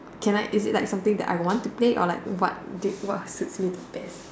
can I is it like something that I want to play or did what suits me the best